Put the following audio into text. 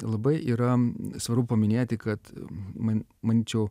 labai yra svarbu paminėti kad man man čia jau